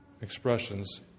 expressions